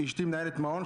אשתי מנהלת מעון,